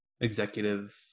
executive